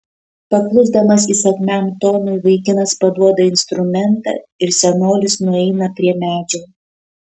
paklusdamas įsakmiam tonui vaikinas paduoda instrumentą ir senolis nueina prie medžio